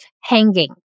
hanging